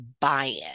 buy-in